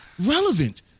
relevant